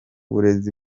burezi